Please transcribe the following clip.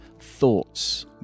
thoughts